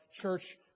church